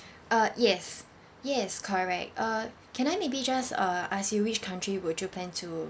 uh yes yes correct uh can I maybe just uh ask you which country would you plan to